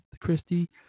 Christie